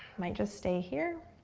might just stay here.